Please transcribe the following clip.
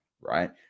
right